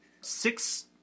Six